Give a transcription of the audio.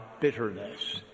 bitterness